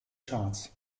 charts